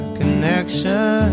connection